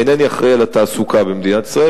אינני אחראי לתעסוקה במדינת ישראל.